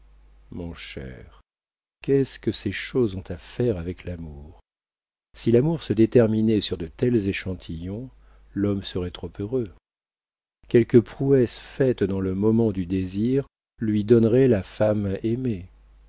mon cher qu'est-ce que ces choses ont à faire avec l'amour si l'amour se déterminait sur de tels échantillons l'homme serait trop heureux quelques prouesses faites dans le moment du désir lui donneraient la femme aimée